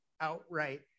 outright